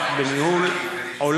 הוא לא